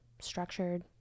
structured